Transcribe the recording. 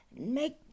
make